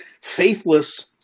faithless